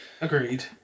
Agreed